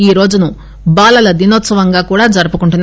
ఈ రోజును బాలల దినోత్సవంగా కూడా జరుపుకుంటున్నారు